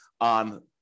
on